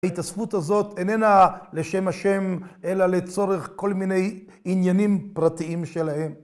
ההתאספות הזאת איננה לשם השם, אלא לצורך כל מיני עניינים פרטיים שלהם.